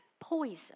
poison